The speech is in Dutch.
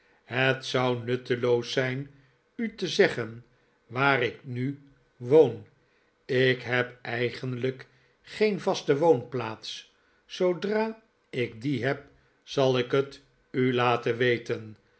het zou nutteloos zijn u te zeggen waar ik nu woon ik heb eigenlijk geen vaste woonplaats zoodra ik die heb zal ik het u laten weten